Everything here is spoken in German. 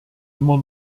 immer